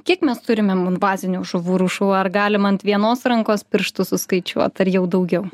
kiek mes turime invazinių žuvų rūšių ar galim ant vienos rankos pirštų suskaičiuot ar jau daugiau